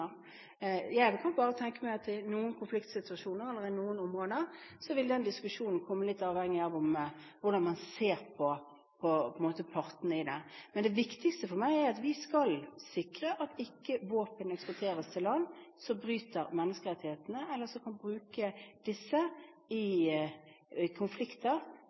Jeg kan bare tenke meg at i noen konfliktsituasjoner, eller i noen områder, vil den diskusjonen komme litt avhengig av hvordan man ser på partene i konflikten. Men det viktigste for meg er at vi skal sikre at våpen ikke eksporteres til land som bryter menneskerettighetene, eller som kan bruke disse i konflikter